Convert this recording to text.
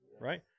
right